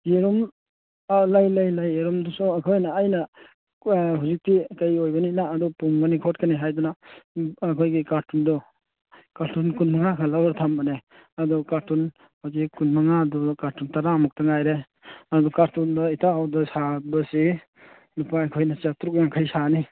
ꯌꯦꯔꯨꯝ ꯑꯥ ꯂꯩ ꯂꯩ ꯂꯩ ꯌꯦꯔꯨꯝꯗꯨꯁꯨ ꯑꯩꯈꯣꯏꯅ ꯑꯩꯅ ꯍꯧꯖꯤꯛꯇꯤ ꯀꯔꯤ ꯑꯣꯏꯕꯅꯤꯅ ꯑꯗꯣ ꯄꯨꯝꯒꯅꯤ ꯈꯣꯠꯀꯅꯤ ꯍꯥꯏꯗꯅ ꯑꯩꯈꯣꯏꯒꯤ ꯀꯥꯔꯇꯨꯟꯗꯣ ꯀꯥꯔꯇꯨꯟ ꯀꯨꯟꯃꯉꯥ ꯈꯛ ꯂꯧꯔꯒ ꯊꯝꯕꯅꯦ ꯑꯗꯨ ꯀꯥꯔꯇꯨꯟ ꯍꯧꯖꯤꯛ ꯀꯨꯟꯃꯉꯥꯗꯨ ꯀꯥꯔꯇꯨꯟ ꯇꯔꯥꯃꯨꯛꯇ ꯉꯥꯏꯔꯦ ꯑꯗꯨ ꯀꯥꯔꯇꯨꯟꯗꯣ ꯏꯇꯥꯎꯗ ꯁꯥꯕꯁꯤ ꯂꯨꯄꯥ ꯑꯩꯈꯣꯏꯅ ꯆꯥꯇꯔꯨꯛ ꯌꯥꯡꯈꯩ ꯁꯥꯅꯤ